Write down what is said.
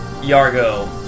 Yargo